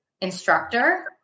instructor